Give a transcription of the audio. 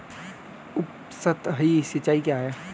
उपसतही सिंचाई क्या है?